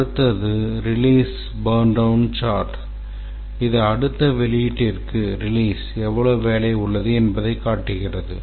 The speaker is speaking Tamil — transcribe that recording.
அடுத்தது ரிலீஸ் பர்ன்டவுன் விளக்கப்படம் இது அடுத்த வெளியீட்டிற்கு எவ்வளவு வேலை உள்ளது என்பதைக் காட்டுகிறது